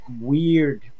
weird